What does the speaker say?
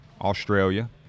Australia